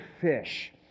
fish